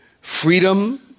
Freedom